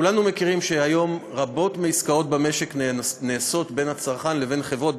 כולנו יודעים שהיום רבות מהעסקאות במשק נעשות בין הצרכן לבין חברות,